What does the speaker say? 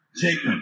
Jacob